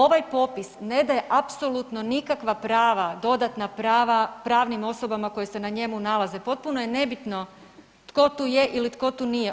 Ovaj popis ne daje apsolutno nikakva prava dodatna prava pravnim osobama koje se na njemu nalaze, potpuno je nebitno tko tu je ili tko tu nije.